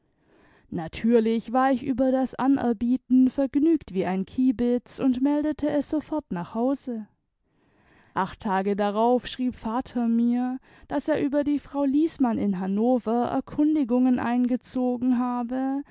natürlich war ich über das anerbieten vergnügt wie ein kiebitz und meldete es sofort nach hause acht tage darauf schrieb vater mir daß er über die frau liesmann in hannover erkundigungen eingezogen habe